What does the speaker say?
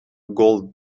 gold